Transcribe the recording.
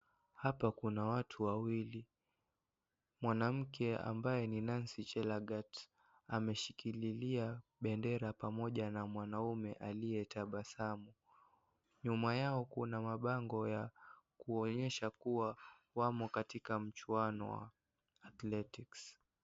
Hapa kuna watu wawili, mwanamke ambaye ni Nancy Chelagat ameshikililia bendera pamoja na mwanaume aliyetabasamu. Nyuma yao kuna mabango ya kuonyesha kuwa wako katika mchuano wa athletics